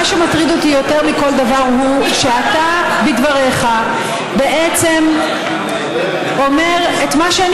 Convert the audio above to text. מה שמטריד אותי יותר מכל דבר הוא שאתה בדבריך בעצם אומר את מה שאני